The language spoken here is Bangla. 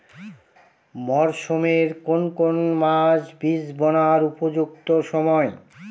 মরসুমের কোন কোন মাস বীজ বোনার উপযুক্ত সময়?